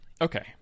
okay